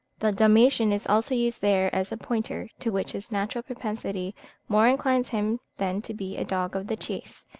the dalmatian is also used there as a pointer, to which his natural propensity more inclines him than to be a dog of the chase